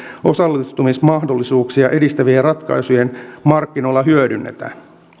osallistumismahdollisuuksia edistävien ratkaisujen markkinoilla hyödynnetään